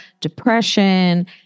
depression